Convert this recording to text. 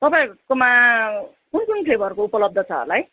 तपाईँहरूकोमा कुन कुन फ्लेबरको उपलब्ध छ होला है